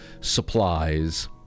supplies